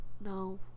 no